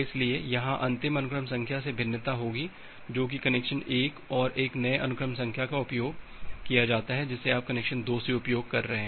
इसलिए यहां अंतिम अनुक्रम संख्या से भिन्नता होगी जो कि कनेक्शन 1 और एक नए अनुक्रम संख्या का उपयोग किया जाता है जिसे आप कनेक्शन 2 से उपयोग कर रहे हैं